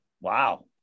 Wow